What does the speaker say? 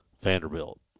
Vanderbilt